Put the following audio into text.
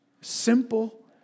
Simple